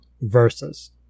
Versus